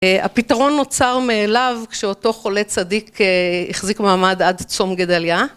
הפתרון נוצר מאליו כשאותו חולה צדיק החזיק מעמד עד צום גדליה.